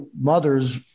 mothers